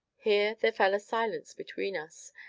here there fell a silence between us,